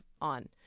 on